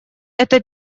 это